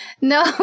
No